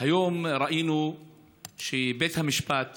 היום ראינו שבית המשפט